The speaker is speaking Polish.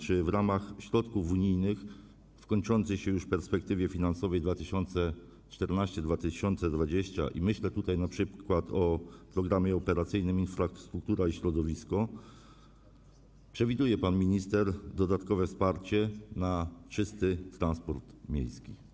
Czy w ramach środków unijnych w kończącej się już perspektywie finansowej 2014-2020 - myślę tutaj np. o Programie Operacyjnym ˝Infrastruktura i środowisko˝ - przewiduje pan minister dodatkowe wsparcie na czysty transport miejski?